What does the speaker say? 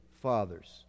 fathers